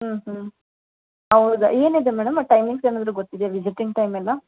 ಹ್ಞೂಂ ಹ್ಞೂಂ ಹೌದಾ ಏನಿದೆ ಮೇಡಮ್ ಅದು ಟೈಮಿಂಗ್ಸ್ ಏನಾದರೂ ಗೊತ್ತಿದೆಯಾ ವಿಸಿಟಿಂಗ್ ಟೈಮೆಲ್ಲ